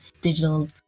digital